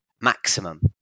maximum